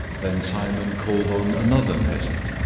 then simon called on another peasant,